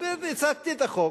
והצגתי את החוק,